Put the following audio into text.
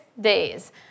days